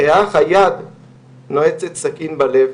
היאך היד נועצת סכין בלב?